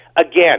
Again